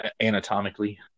anatomically